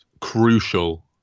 crucial